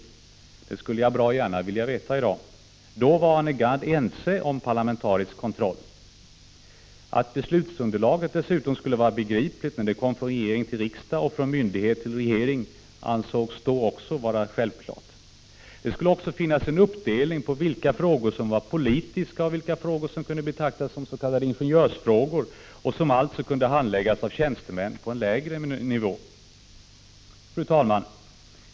Det Ga oo skulle jag bra gärna vilja veta i dag. Då var Arne Gadd med på att införa parlamentarisk kontroll. Att beslutsunderlaget dessutom skulle vara begripligt när det kom från regeringen till riksdagen och från myndigheter till regering ansågs då också vara självklart. Det skulle även finnas en uppdelning på vilka frågor som var politiska och vilka frågor som kunde betraktas som s.k. ingenjörsfrågor och som alltså kunde handläggas av tjänstemän på en lägre nivå. Fru talman!